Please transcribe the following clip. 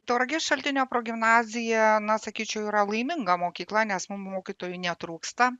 tauragės šaltinio progimnazija na sakyčiau yra laiminga mokykla nes mum mokytojų netrūksta